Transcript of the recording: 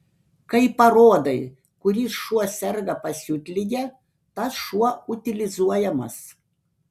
kai parodai kuris šuo serga pasiutlige tas šuo utilizuojamas